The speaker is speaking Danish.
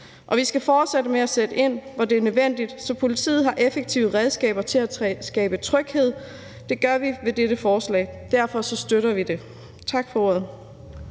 Vi skal fortsætte med at sætte ind, hvor det er nødvendigt, så politiet har effektive redskaber til at skabe tryghed. Det gør vi med dette forslag, og derfor støtter vi det. Tak for ordet.